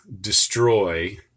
destroy